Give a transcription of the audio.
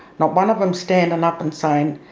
not one of them standing up and saying,